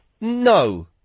no